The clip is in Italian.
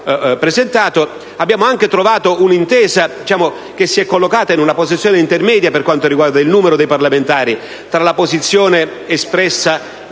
Abbiamo trovato un'intesa che si è collocata in una posizione intermedia, per quanto riguarda il numero dei parlamentari, tra la posizione espressa dal Partito